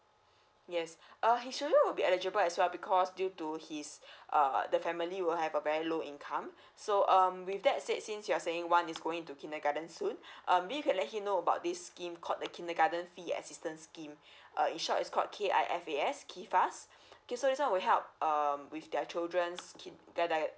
yes err his children will be eligible as well because due to his err the family will have a very low income so um with that said since you're saying one is going to kindergarten soon um we can let he know about this scheme called the kindergarten fee assistance scheme err in short It's called K_I_F_A_S will help um with their children's